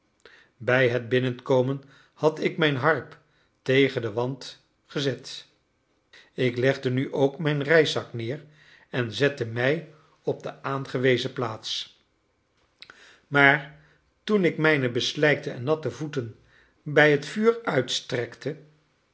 bij het binnenkomen had ik mijn harp tegen den wand gezet ik legde nu ook mijn reiszak neer en zette mij op de aangewezen plaats maar toen ik mijne beslijkte en natte voeten bij het vuur uitstrekte